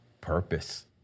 purpose